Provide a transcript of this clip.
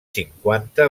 cinquanta